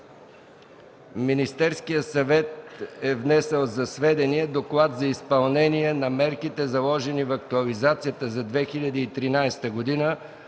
Министерският съвет е внесъл за сведение „Доклад за изпълнение на мерките заложени в актуализацията за 2013 г. на